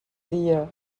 dia